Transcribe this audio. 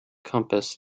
compass